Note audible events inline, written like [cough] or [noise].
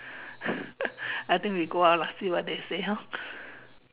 [laughs] I think we go out lah see what they say hor